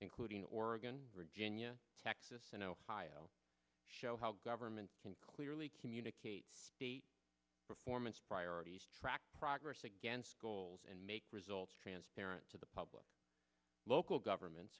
including oregon virginia texas and ohio show how government can clearly communicate state performance priorities track progress against goals and make results transparent to the public local governments